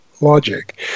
logic